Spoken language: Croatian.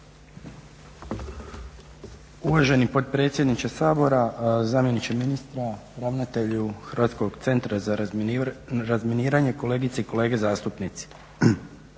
Uvaženi potpredsjedniče sabora, zamjeniče ministra, ravnatelju Hrvatskog centra za razminiranje, kolegice i kolege zastupnici.